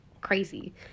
crazy